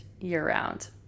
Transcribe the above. year-round